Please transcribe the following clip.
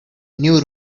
new